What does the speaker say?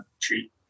treat